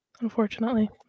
unfortunately